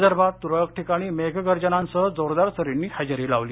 विदर्भात तुरळक ठिकाणी मेघगर्जनांसह जोरदार सरींनी हजेरी लावली